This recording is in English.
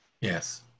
Yes